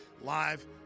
live